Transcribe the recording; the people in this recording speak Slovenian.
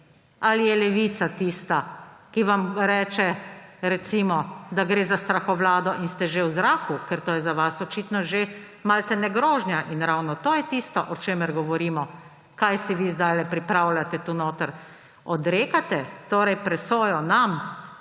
Ali je Levica tista, ki vam reče recimo, da gre za strahovlado, in ste že v zraku, ker to je za vas očitno že malodane grožnja. In ravno to je tisto, o čemer govorimo, kaj si vi zdajle pripravljate tu notri. Odrekate presojo nam,